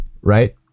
right